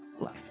Life